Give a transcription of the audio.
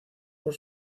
por